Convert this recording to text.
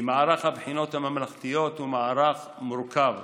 מערך הבחינות הממלכתיות הוא מערך מורכב,